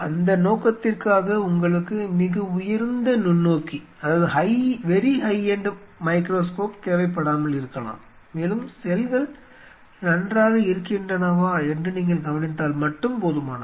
அந்த நோக்கத்திற்காக உங்களுக்கு மிக உயர்ந்த நுண்ணோக்கி தேவைப்படாமல் இருக்கலாம் மேலும் செல்கள் நன்றாக இருக்கின்றனவா என்று நீங்கள் கவனித்தால் மட்டும் போதுமானது